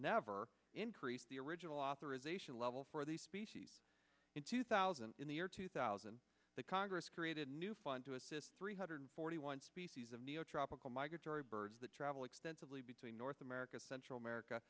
never increased the original authorization level for the species in two thousand in the year two thousand the congress created a new fund to assist three hundred forty one species of neo tropical migratory birds that travel extensively between north america central america